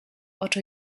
otto